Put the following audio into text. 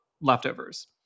leftovers